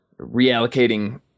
reallocating